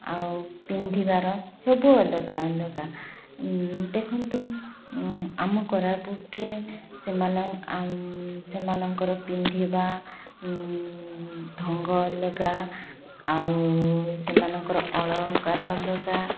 ଆଉ ପିନ୍ଧିବାର ସବୁ ଅଲଗା ଅଲଗା ଦେଖନ୍ତୁ ଆମ କୋରାପୁଟରେ ସେମାନ ଆ ସେମାନଙ୍କର ପିନ୍ଧିବା ଢଙ୍ଗ ଅଲଗା ଆଉ ସେମାନଙ୍କର ଅଳଙ୍କାର ଅଲଗା